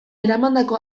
eramandako